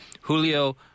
Julio